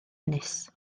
ynys